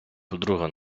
подруга